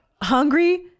hungry